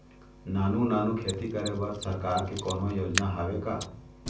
नानू नानू खेती करे बर सरकार के कोन्हो योजना हावे का?